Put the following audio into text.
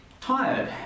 tired